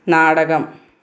നാടകം